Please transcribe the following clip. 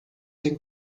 den